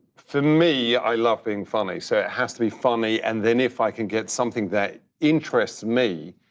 for me, i love being funny so it has to be funny and then if i can get something that interests me,